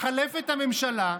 מתחלפת הממשלה.